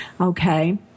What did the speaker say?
okay